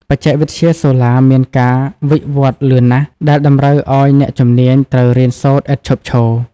បច្ចេកវិទ្យាសូឡាមានការវិវឌ្ឍន៍លឿនណាស់ ដែលតម្រូវឱ្យអ្នកជំនាញត្រូវរៀនសូត្រឥតឈប់ឈរ។